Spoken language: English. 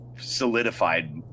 solidified